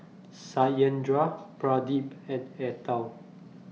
Satyendra Pradip and Atal